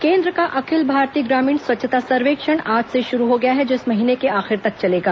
केंद्र का अखिल भारतीय ग्रामीण स्वच्छता सर्वेक्षण आज से शुरू हो गया है जो इस महीने के आखिर तक चलेगा